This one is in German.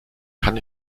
kann